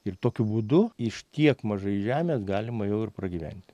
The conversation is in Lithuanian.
ir tokiu būdu iš tiek mažai žemės galima jau ir pragyventi